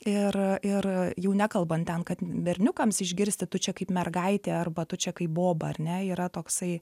ir ir jau nekalbant ten kad berniukams išgirsti tu čia kaip mergaitė arba tu čia kaip boba ar ne yra toksai